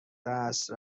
دست